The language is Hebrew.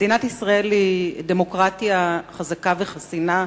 מדינת ישראל היא דמוקרטיה חזקה וחסינה.